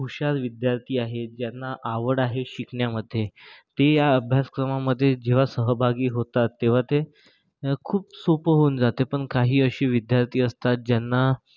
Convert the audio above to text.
जे हुशार विद्यार्थी आहेत ज्यांना आवड आहे शिकण्यामध्ये ते या अभ्यासक्रमामध्ये जेव्हा सहभागी होतात तेव्हा ते खूप सोपं होऊन जाते पण काही असे विद्यार्थी असतात ज्यांना